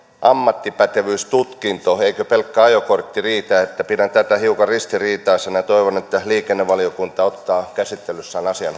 ammattipätevyystutkinto eikö pelkkä ajokortti riitä pidän tätä hiukan ristiriitaisena ja toivon että liikennevaliokunta ottaa käsittelyssään asian